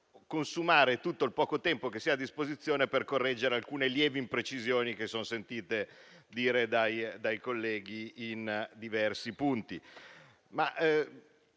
consumare tutto il poco tempo che si ha a disposizione per correggere alcune lievi imprecisioni che si sono sentite dire dai colleghi in diversi punti.